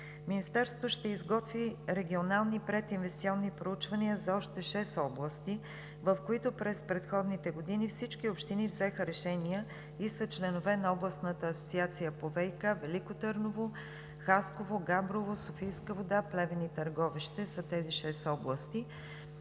Министерството ще изготви регионални прединвестиционни проучвания за още шест области, в които през предходните години всички общини взеха решения и са членове на Областната асоциация по ВиК. Велико Търново, Хасково, Габрово, „Софийска вода“, Плевен и Търговище са тези шест области.